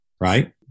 right